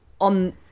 on